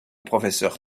professeur